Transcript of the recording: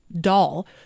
doll